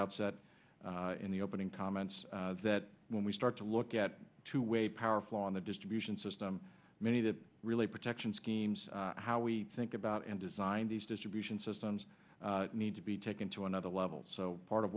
outset in the opening comments that when we start to look at two way power flaw in the distribution system many of the really protection schemes how we think about and design these distribution systems need to be taken to another level so part of